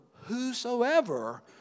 whosoever